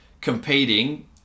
competing